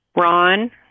Ron